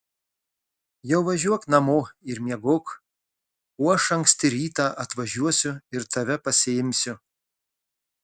jau važiuok namo ir miegok o aš anksti rytą atvažiuosiu ir tave pasiimsiu